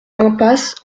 impasse